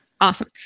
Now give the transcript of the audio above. awesome